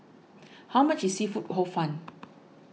how much is Seafood Hor Fun